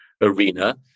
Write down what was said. arena